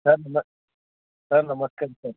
ಸರ್ನ ಸರ್ ನಮಸ್ಕಾರ ರೀ ಸರ್